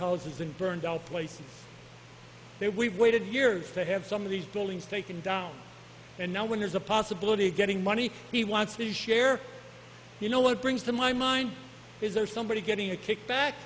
colleges and burned out places that we've waited years to have some of these buildings taken down and now when there's a possibility of getting money he wants to share you know what brings to my mind is there somebody getting a kickback